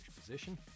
position